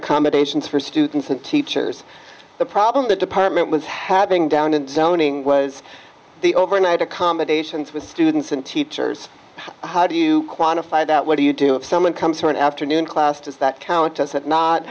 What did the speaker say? accommodations for students and teachers the problem the department was having down and zoning was the overnight accommodations with students and teachers how do you quantify that what do you do if someone comes for an afternoon class does that count does it not